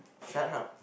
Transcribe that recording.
shut up